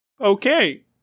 Okay